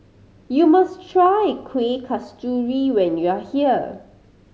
you must try Kuih Kasturi when you are here